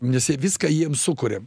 nes jie viską jiems sukuria